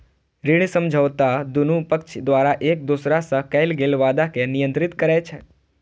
ऋण समझौता दुनू पक्ष द्वारा एक दोसरा सं कैल गेल वादा कें नियंत्रित करै छै